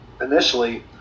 Initially